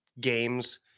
games